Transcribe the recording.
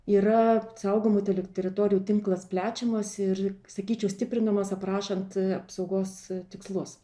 yra saugomų telik teritorijų tinklas plečiamas ir sakyčiau stiprinamas aprašant apsaugos tikslus